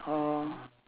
orh